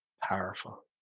Powerful